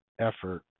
effort